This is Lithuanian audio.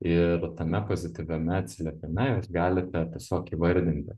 ir tame pozityviame atsiliepime jūs galite tiesiog įvardinti